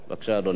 בבקשה, אדוני.